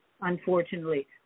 unfortunately